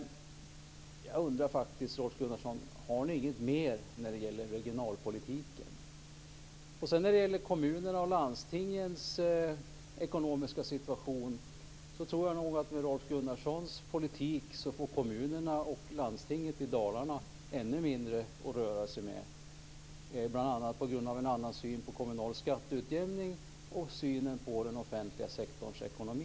Jag undrar faktiskt, Rolf Gunnarsson, om ni inte har något mer när det gäller regionalpolitiken. När det gäller kommunernas och landstingens ekonomiska situation tror jag nog att med Rolf Gunnarssons politik får kommunerna och landstinget i Dalarna ännu mindre att röra sig med. Det beror bl.a. på en annan syn på kommunal skatteutjämning och på den offentliga sektorns ekonomi.